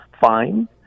fine